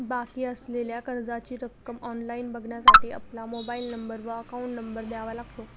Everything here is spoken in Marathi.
बाकी असलेल्या कर्जाची रक्कम ऑनलाइन बघण्यासाठी आपला मोबाइल नंबर व अकाउंट नंबर द्यावा लागतो